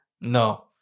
no